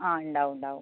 ആ ഉണ്ടാവും ഉണ്ടാവും